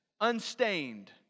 unstained